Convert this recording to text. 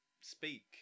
speak